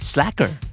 Slacker